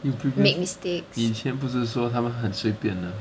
you previous 你以前不是说他们很随便的